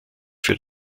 für